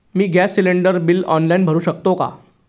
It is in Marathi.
मी गॅस सिलिंडर बिल ऑनलाईन भरु शकते का?